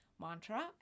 Mantra